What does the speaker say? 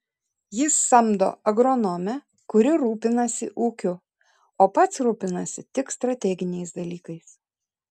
jis samdo agronomę kuri rūpinasi ūkiu o pats rūpinasi tik strateginiais dalykais